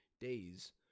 days